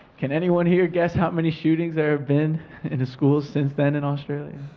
can anyone here guess how many shootings there have been in schools since then in australia?